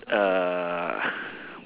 uh